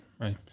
right